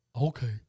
Okay